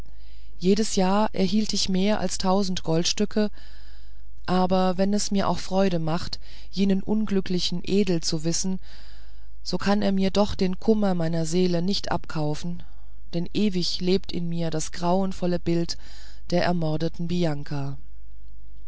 jedes jahr erhielt ich mehr als tausend goldstücke aber wenn es mir auch freude macht jenen unglücklichen edel zu wissen so kann er mir doch den kummer meiner seele nicht abkaufen denn ewig lebt in mir das grauenvolle bild der ermordeten bianka